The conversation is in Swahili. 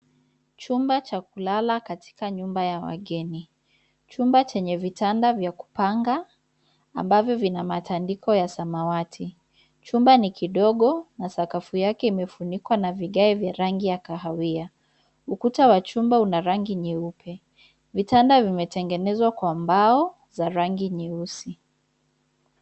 Chumba cha kulala katika nyumba ya wageni. Chumba chenye vitanda vya kupanga ambavyo vina matandiko ya samawati. Chumba ni kidogo na sakafu yake imefunikwa na vigae vya rangi ya kahawia. Ukuta wa chumba una rangi nyeupe. Vitanda vimetengenezwa kwa mbao za rangi nyeusi.